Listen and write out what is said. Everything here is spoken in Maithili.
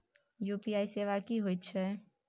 यु.पी.आई सेवा की होयत छै?